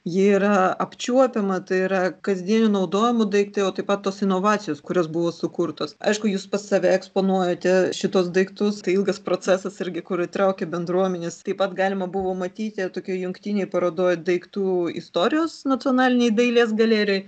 ji yra apčiuopiama tai yra kasdienio naudojimo daiktai o taip pat tos inovacijos kurios buvo sukurtos aišku jūs pas save eksponuojate šituos daiktus tai ilgas procesas irgi kur įtraukia bendruomenes taip pat galima buvo matyti tokioj jungtinėj parodoj daiktų istorijos nacionalinėj dailės galerijoj